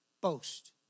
boast